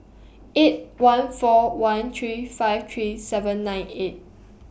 eight one four one three five three seven nine eight